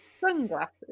Sunglasses